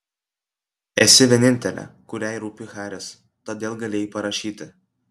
esi vienintelė kuriai rūpi haris todėl galėjai parašyti